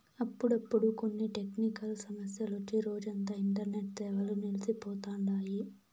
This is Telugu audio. అప్పుడప్పుడు కొన్ని టెక్నికల్ సమస్యలొచ్చి రోజంతా ఇంటర్నెట్ సేవలు నిల్సి పోతండాయి